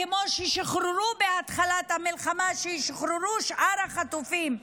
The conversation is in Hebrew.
כמו ששחררו בהתחלת המלחמה, שישוחררו שאר החטופים,